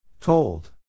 Told